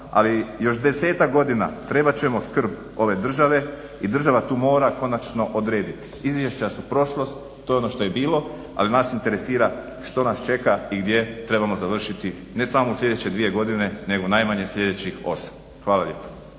ali još 10-tak godina trebat ćemo skrb ove države i država tu mora konačno odrediti. Izvješća su prošlost, to je ono što je bilo, ali nas interesira što nas čeka i gdje trebamo završiti, ne samo u sljedeće dvije godine nego najmanje sljedećih osam. Hvala lijepo.